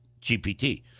GPT